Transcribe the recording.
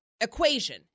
equation